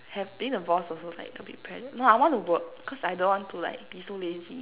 have being a boss also like a bit no I want to work cause I don't want to like be so lazy